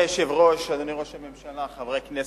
אדוני היושב-ראש, אדוני ראש הממשלה, חברי הכנסת,